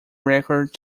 record